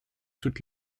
toutes